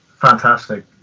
Fantastic